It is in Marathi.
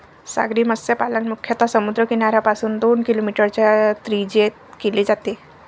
सागरी मत्स्यपालन मुख्यतः समुद्र किनाऱ्यापासून दोन किलोमीटरच्या त्रिज्येत केले जाते